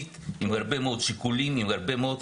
מה הסיכוי שלו?